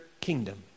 kingdom